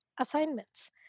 assignments